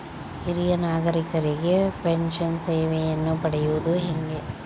ಹಿರಿಯ ನಾಗರಿಕರಿಗೆ ಪೆನ್ಷನ್ ಸೇವೆಯನ್ನು ಪಡೆಯುವುದು ಹೇಗೆ?